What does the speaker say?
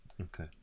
Okay